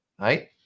right